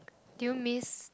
do you miss